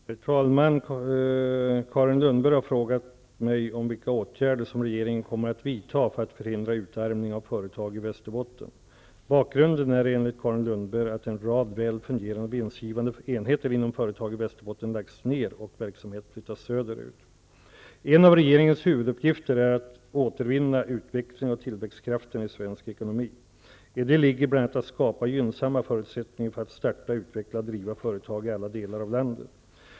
Herr talman! Carin Lundberg har frågat mig om vilka åtgärder som regeringen kommer att vidta för att förhindra utarmning av företag i Västerbotten. Bakgrunden är enligt Carin Lundberg att en rad väl fungerande och vinstgivande enheter inom företag i Västerbotten lagts ned och verksamhet flyttats söderut. En av regeringens huvuduppgifter är att återvinna utvecklings och tillväxtkraften i svensk ekonomi. I det ligger bl.a. att skapa gynnsamma förutsättningar för att starta, utveckla och driva företag i alla delar av landet.